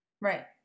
right